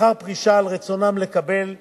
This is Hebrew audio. לאחר פרישה על רצונם לקבל זכות,